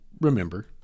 remember